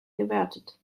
gewertet